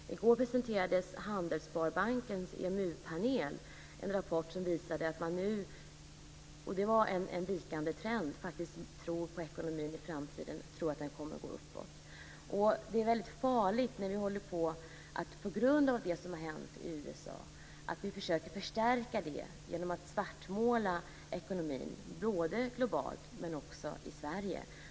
I går presenterade Föreningssparbankens EMU-panel en rapport som visade att man nu, vilket är en vikande trend, faktiskt tror att ekonomin i framtiden kommer att gå uppåt. Det är väldigt farligt när vi håller på och förstärker det som hänt i USA genom att svartmåla ekonomin, både globalt och i Sverige.